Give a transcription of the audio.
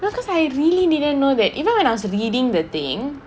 because I really didn't know that even when I was reading the thing